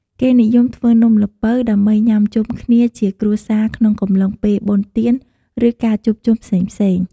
គេនិយមធ្វើនំល្ពៅ ដើម្បីញុាំជុំគ្នាជាគ្រួសារក្នុងអំឡុងពេលបុណ្យទាន ឬ ការជួបជុំផ្សេងៗ។